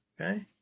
okay